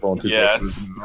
yes